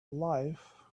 life